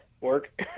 work